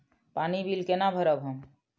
पानी बील केना भरब हम?